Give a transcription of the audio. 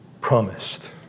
promised